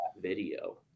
video